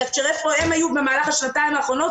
כאשר איפה הם היו במהלך השנתיים האחרונות,